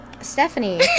stephanie